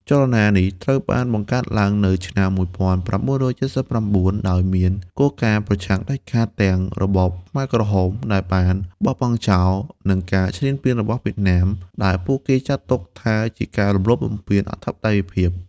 ចលនានេះត្រូវបានបង្កើតឡើងនៅឆ្នាំ១៩៧៩ ដោយមានគោលការណ៍ប្រឆាំងដាច់ខាតទាំងរបបខ្មែរក្រហមដែលបានបោះបង់ចោល និងការឈ្លានពានរបស់វៀតណាម ដែលពួកគេចាត់ទុកថាជាការរំលោភបំពានអធិបតេយ្យភាព។